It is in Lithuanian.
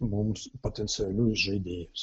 mums potencialius žaidėjus